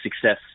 success